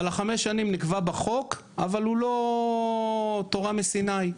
אבל חמש השנים נקבעו בחוק, אבל הן לא תורה מסיני.